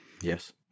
Yes